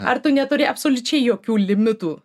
ar tu neturi absoliučiai jokių limitų